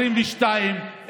2022,